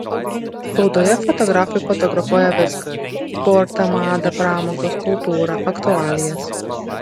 spaudoje fotografai fotografuoja viską sportą madą pramogas kultūrą aktualijas